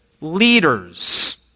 leaders